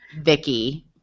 Vicky